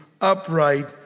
upright